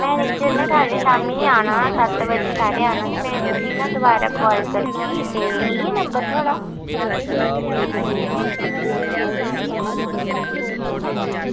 में जन्नी घर शाम्मी आना सत्त बजे सारे आना ते में तुसेंगी दबारा काल करगी ते इ'यै नंबर थुआढ़ा